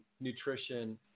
nutrition